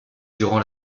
durant